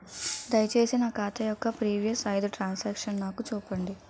దయచేసి నా ఖాతా యొక్క ప్రీవియస్ ఐదు ట్రాన్ సాంక్షన్ నాకు చూపండి